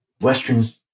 Westerns